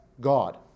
God